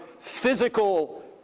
physical